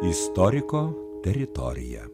istoriko teritorija